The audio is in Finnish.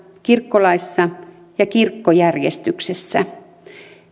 kirkkolaissa ja kirkkojärjestyksessä